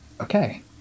Okay